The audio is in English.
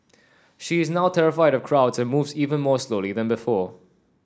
she is now terrified of crowds and moves even more slowly than before